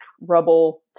rubble